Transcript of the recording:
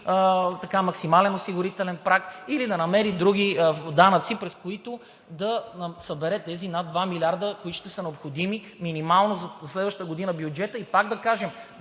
максимален осигурителен праг или да намери други данъци, през които да събере тези над 2 милиарда, които минимално ще са необходими за бюджета за следващата година. И пак да кажем,